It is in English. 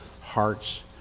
heart's